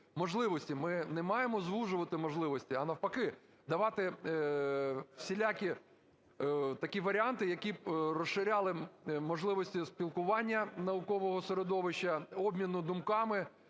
можливості. Ми не маємо звужувати можливості, а навпаки, давати всілякі такі варіанти, які б розширяли можливості спілкування наукового середовища, обміну думками,